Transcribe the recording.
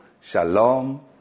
Shalom